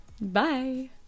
Bye